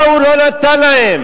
מה הוא לא נתן להם?